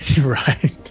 right